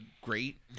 great